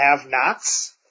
have-nots